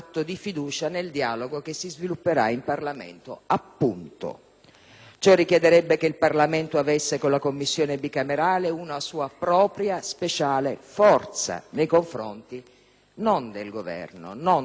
Ciò richiederebbe che il Parlamento avesse, con la Commissione bicamerale, una sua propria speciale forza nei confronti, non del Governo e non di questo Governo, ma dei Governi che si succederanno in questi anni.